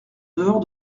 dehors